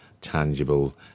tangible